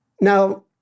Now